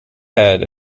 head